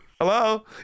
Hello